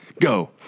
go